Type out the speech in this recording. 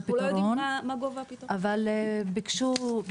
אבל ביקשו,